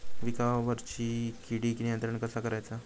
पिकावरची किडीक नियंत्रण कसा करायचा?